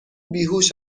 بیهوش